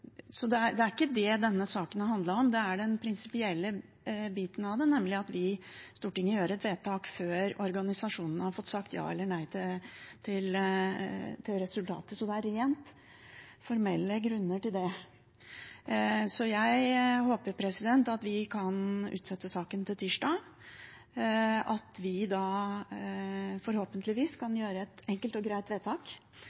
ikke det denne saken har handlet om. Det er den prinsipielle biten av det, nemlig at Stortinget gjør et vedtak før organisasjonene har fått si ja eller nei til resultatet. Så det er rent formelle grunner til det. Jeg håper vi kan utsette saken til tirsdag, at vi da forhåpentligvis kan